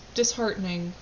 disheartening